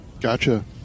Gotcha